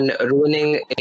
ruining